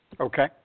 Okay